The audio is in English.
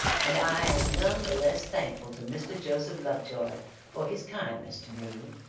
and i am none the less thankful to mr. joseph lovejoy for his kindness to me,